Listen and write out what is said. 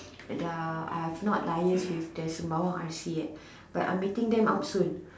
the I have not liase with the Sembawang R_C yet but I'm meeting them up soon